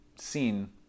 seen